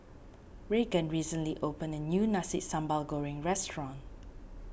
Raegan recently opened a new Nasi Sambal Goreng restaurant